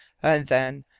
and then,